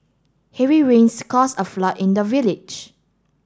heavy rains caused a flood in the village